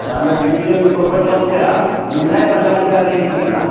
ठहंदई ticket बि ॿ ॿ सौ रुपया इएं न आहे पंजाहु रुपये वारी टिकिट आहे